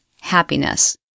happiness